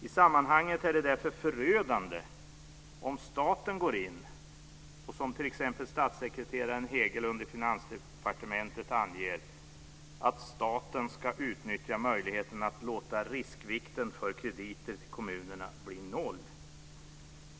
I sammanhanget är det därför förödande om staten går in och, som t.ex. statssekreteraren Hegelund i Finansdepartementet anger, att staten ska utnyttja möjligheten att låta riskvikten för krediter till kommunerna bli noll.